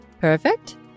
Perfect